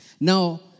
Now